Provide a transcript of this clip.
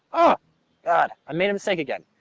ah ah i made a mistake again.